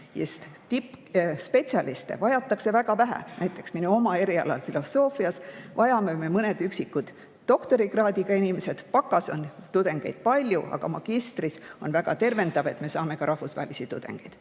tippspetsialiste vajatakse väga vähe. Näiteks minu erialal, filosoofias, vajame me mõnd üksikut doktorikraadiga inimest, bakas on tudengeid palju, aga magistris on väga tervendav, et me saame ka rahvusvahelisi tudengeid.